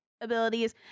abilities